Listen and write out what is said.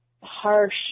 harsh